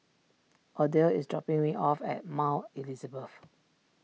Odell is dropping me off at Mount Elizabeth